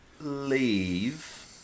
leave